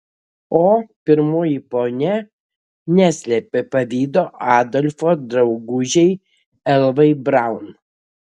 o pirmoji ponia neslėpė pavydo adolfo draugužei evai braun